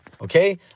Okay